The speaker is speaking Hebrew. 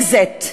exit,